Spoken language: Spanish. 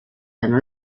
ganó